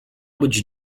być